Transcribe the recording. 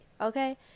okay